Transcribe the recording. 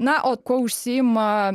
na o kuo užsiima